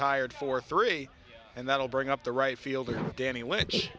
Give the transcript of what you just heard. tired for three and that will bring up the right fielder danny which